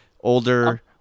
Older